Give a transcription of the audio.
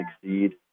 succeed